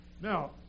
Now